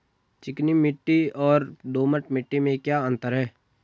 चिकनी मिट्टी और दोमट मिट्टी में क्या अंतर है?